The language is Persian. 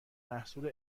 محصول